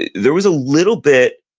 there was a little bit,